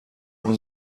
اون